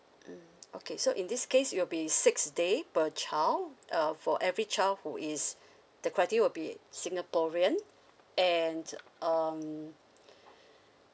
mm okay so in this case it will be six day per child uh for every child who is the criteria will be singaporean and um